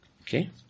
okay